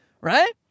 Right